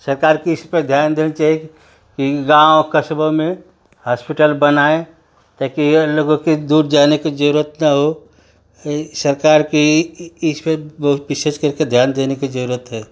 सरकार कि इस पर ध्यान देना चाहिए कि कि गाँव कस्बों में हास्पिटल बनाएँ ताकि और लोगों कि दूर जाने कि जरूरत न हो सरकार कि इस पर बहुत विशेष करके ध्यान देने कि जरूरत है